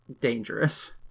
dangerous